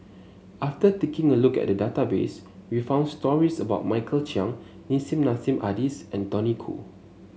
after taking a look at the database we found stories about Michael Chiang Nissim Nassim Adis and Tony Khoo